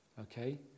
okay